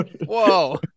Whoa